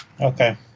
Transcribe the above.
Okay